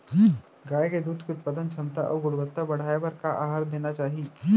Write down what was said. गाय के दूध के उत्पादन क्षमता अऊ गुणवत्ता बढ़ाये बर का आहार देना चाही?